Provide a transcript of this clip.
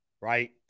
right